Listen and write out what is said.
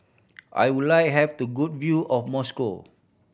I would like have to good view of Moscow